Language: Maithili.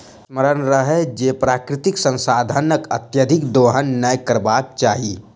स्मरण रहय जे प्राकृतिक संसाधनक अत्यधिक दोहन नै करबाक चाहि